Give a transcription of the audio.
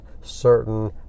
certain